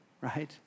right